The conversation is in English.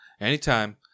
Anytime